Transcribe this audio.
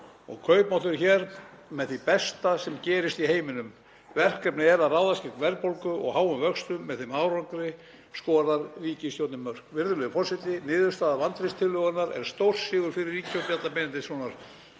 og kaupmátturinn hér með því besta sem gerist í heiminum. Verkefnið er að ráðast gegn verðbólgu og háum vöxtum. Með þeim árangri skorar ríkisstjórnin mörk. Virðulegi forseti. Niðurstaða vantrauststillögunnar er stórsigur fyrir ríkisstjórn